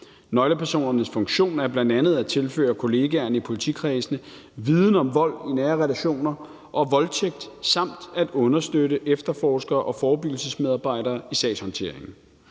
Nøglepersonernes funktion er bl.a. at tilføre kollegaerne i politikredsene viden om vold i nære relationer og voldtægt samt at understøtte efterforskere og forebyggelsesmedarbejdere i sagshåndteringen.